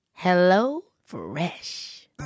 HelloFresh